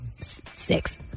six